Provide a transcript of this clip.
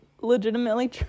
legitimately